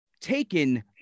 taken